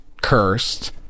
cursed